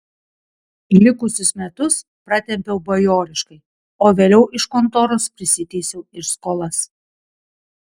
likusius metus pratempiau bajoriškai o vėliau iš kontoros prisiteisiau ir skolas